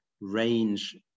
range